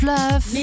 Love